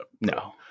No